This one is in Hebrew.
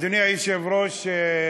אדוני היושב-ראש,